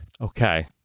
Okay